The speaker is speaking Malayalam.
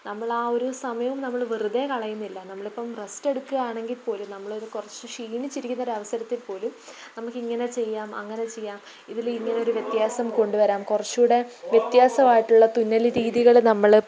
നമ്മളാ ഒരു സമയം നമ്മൾ വെറുതെ കളയുന്നില്ല നമ്മളിപ്പം റെസ്റ്റെടുക്കയാണെങ്കിൽപ്പോലും നമ്മളൊരു കുറച്ച് ക്ഷീണിച്ചിരിക്കുന്ന അവസരത്തിൽപ്പോലും നമുക്കിങ്ങനെ ചെയ്യാം അങ്ങനെ ചെയ്യാം ഇതിലിങ്ങനെ ഒരു വ്യത്യാസം കൊണ്ടുവരാം കുറച്ചുകൂടെ വ്യത്യാസമായിട്ടുള്ള തുന്നൽ രീതികൾ നമ്മൾ